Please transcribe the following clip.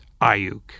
Ayuk